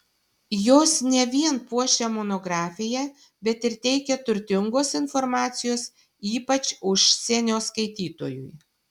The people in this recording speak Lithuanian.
jos ne vien puošia monografiją bet ir teikia turtingos informacijos ypač užsienio skaitytojui